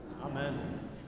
Amen